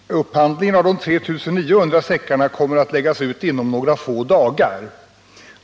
Herr talman! Upphandlingen av de 3 900 ryggsäckarna kommer att läggas ut inom några få dagar.